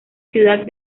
ciudad